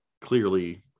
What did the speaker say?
clearly